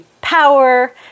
power